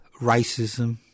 racism